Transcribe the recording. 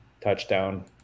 touchdown